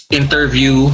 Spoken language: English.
interview